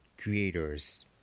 creators